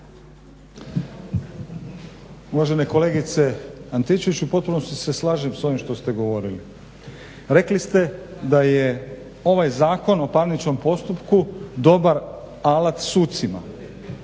Uvažena kolegice Antičević u potpunosti se slažem s ovime što ste govorili. Rekli ste da je ovaj Zakon o parničnom postupku dobar alat sucima,